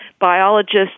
biologists